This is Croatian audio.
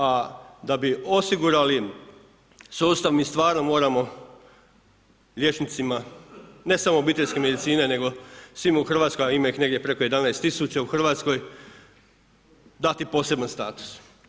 A da bi osigurali sustav, mi stvarno moramo liječnicima ne samo obiteljske medicine, nego svima u Hrvatskom, a ima ih negdje preko 11000 u Hrvatskoj dati poseban status.